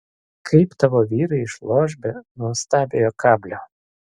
kaip tavo vyrai išloš be nuostabiojo kablio